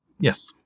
Yes